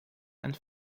and